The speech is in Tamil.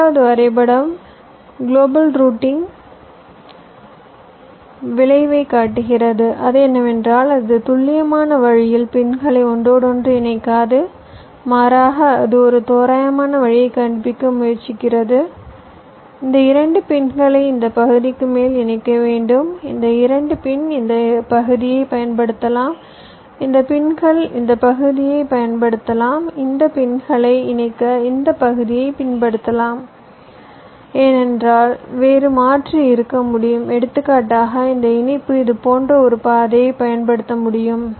இரண்டாவது வரைபடம் கிலோபல் ரூட்டிங் இன் விளைவைக் காட்டுகிறது அது என்னவென்றால் அது துல்லியமான வழியில் பின்களை ஒன்றோடொன்று இணைக்காது மாறாக அது ஒரு தோராயமான வழியைக் கண்டுபிடிக்க முயற்சிக்கிறது இந்த 2 பின்களை இந்த பகுதிக்கு மேல் இணைக்க வேண்டும் இந்த 2 பின் இந்த பகுதியைப் பயன்படுத்தலாம் இந்த பின்கள் இந்த பகுதியைப் பயன்படுத்தலாம் இந்த 2 பின்களை இணைக்க இந்த பகுதியைப் பின்பற்றலாம் ஏனென்றால் வேறு மாற்று இருக்க முடியும் எடுத்துக்காட்டாக இந்த இணைப்பு இது போன்ற ஒரு பாதையை பயன்படுத்த முடியும்